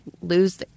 lose